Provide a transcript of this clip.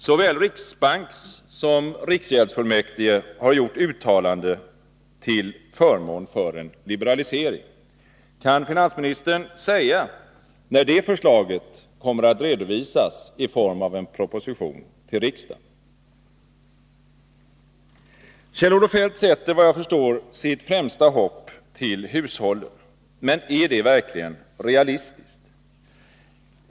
Såväl riksbankssom riksgäldsfullmäktige har gjort uttalanden till förmån för en liberalisering. Kan finansministern säga när det förslaget kommer att redovisas i form av en proposition till riksdagen? Kjell-Olof Feldt sätter, vad jag förstår, sitt främsta hopp till hushållen. Men är det verkligen realistiskt?